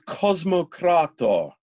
cosmocrator